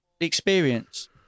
experience